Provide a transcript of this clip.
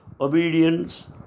Obedience